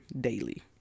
daily